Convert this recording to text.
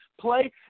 play